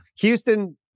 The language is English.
Houston